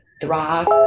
thrive